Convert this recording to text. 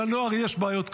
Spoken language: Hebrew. לנוער יש בעיות קשות.